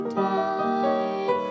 died